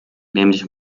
nämlich